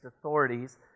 authorities